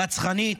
רצחנית,